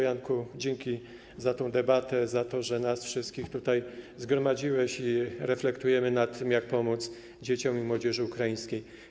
Janku, dzięki za tę debatę, za to, że nas wszystkich tutaj zgromadziłeś, i reflektujemy nad tym, jak pomóc ukraińskim dzieciom i młodzieży ukraińskiej.